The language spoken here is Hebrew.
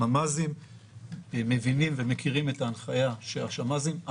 ממ"זים מבינים ומכירים את ההנחיה שהשמ"זים הם